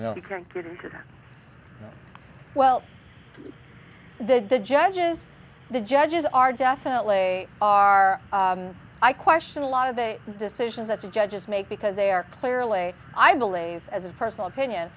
you can't get into that well the judges the judges are definitely are i question a lot of the decisions that the judges make because they are clearly i believe as a personal opinion